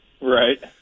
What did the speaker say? Right